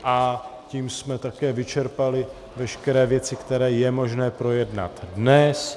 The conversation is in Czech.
A tím jsme také vyčerpali veškeré věci, které je možné projednat dnes.